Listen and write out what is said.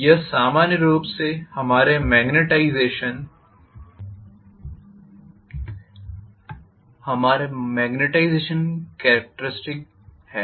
यह सामान्य रूप से हमारे मेग्नेटाईज़ेशन की कॅरेक्टरिस्टिक्स हैं